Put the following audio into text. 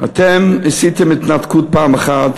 אתם עשיתם התנתקות פעם אחת,